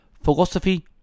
philosophy